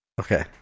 Okay